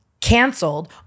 Canceled